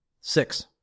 Six